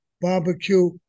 barbecue